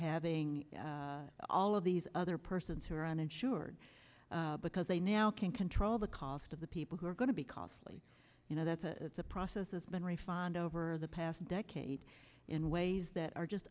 having all of these other persons who are uninsured because they now can control the cost of the people who are going to be costly you know that's a process that's been refined over the past decade in ways that are just